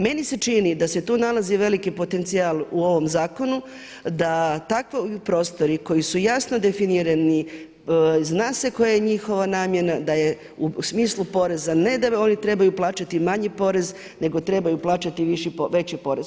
Meni se čini da se tu nalazi veliki potencijal u ovom zakonu da takvi prostori koji su jasno definirani zna se koja je njihova namjena da je u smislu poreza ne da oni trebaju plaćati manji porez nego trebaju plaćati veći porez.